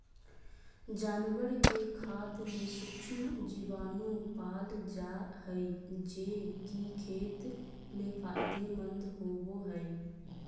जानवर के खाद में सूक्ष्म जीवाणु पाल जा हइ, जे कि खेत ले फायदेमंद होबो हइ